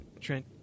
Trent